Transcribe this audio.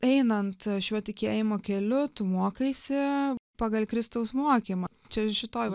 einant šiuo tikėjimo keliu tu mokaisi pagal kristaus mokymą čia šitoj